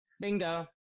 bingo